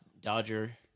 Dodger